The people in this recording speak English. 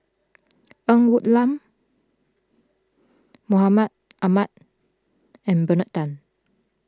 Ng Woon Lam Mahmud Ahmad and Bernard Tan